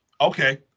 Okay